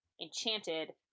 Enchanted